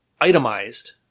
itemized